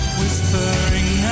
Whispering